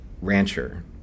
rancher